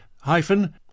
hyphen